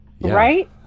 Right